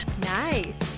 Nice